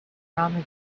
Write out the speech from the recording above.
promises